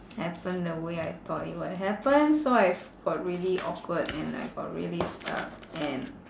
happen the way I thought it would happen so I f~ got really awkward and I got really stuck and